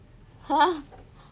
!huh!